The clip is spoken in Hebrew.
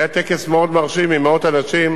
היה טקס מאוד מרשים, עם מאות אנשים,